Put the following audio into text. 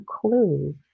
clue